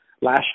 last